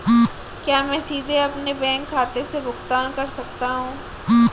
क्या मैं सीधे अपने बैंक खाते से भुगतान कर सकता हूं?